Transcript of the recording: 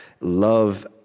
love